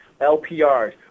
LPRs